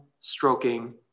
stroking